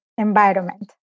Environment